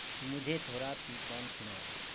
مجھے تھوڑا پیپون سناؤ